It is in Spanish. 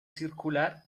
circular